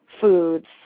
foods